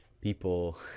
people